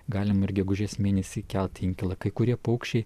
galim ir gegužės mėnesį kelt inkilą kai kurie paukščiai